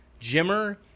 Jimmer